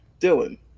Dylan